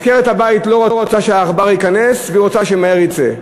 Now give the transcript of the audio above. עקרת-הבית לא רוצה שהעכבר ייכנס והיא רוצה שמהר הוא יצא,